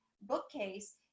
bookcase